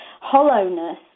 hollowness